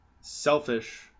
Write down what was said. selfish